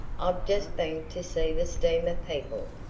i've just been to see the steamer people,